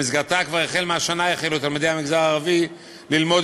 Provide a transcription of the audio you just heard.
במסגרתה כבר מהשנה החלו תלמידי המגזר הערבי ללמוד